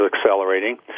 accelerating